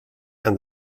and